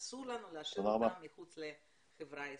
אסור לנו להשאיר אותם מחוץ לחברה הישראלית.